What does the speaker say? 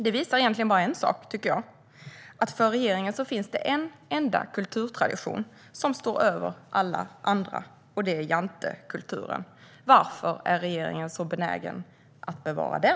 Detta visar bara en sak, tycker jag, nämligen att det för regeringen finns en enda kulturtradition som står över alla andra, och det är jantekulturen. Varför är regeringen så benägen att bevara den?